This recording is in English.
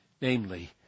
Namely